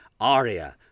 aria